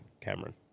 Cameron